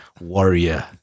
warrior